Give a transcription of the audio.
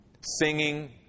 Singing